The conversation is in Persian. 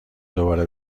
دوباره